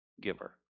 giver